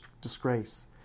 disgrace